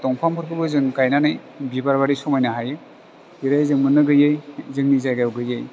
दंफांफोरखौबो जों गाइनानै बिबार बाइदि समायनो हायो जेरै जों मोननो गैयै जोंनि जायगायाव गैयै